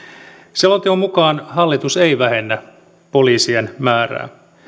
selonteon mukaan hallitus ei vähennä poliisien määrää